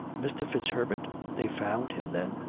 mr. fitzherbert? they found him, then?